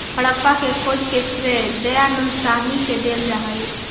हड़प्पा के खोज के श्रेय दयानन्द साहनी के देल जा हई